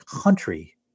country